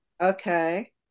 Okay